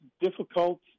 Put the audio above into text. difficult